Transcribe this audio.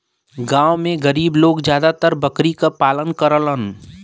गांव में गरीब लोग जादातर बकरी क पालन करलन